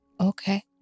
Okay